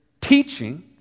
teaching